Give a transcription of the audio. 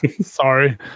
Sorry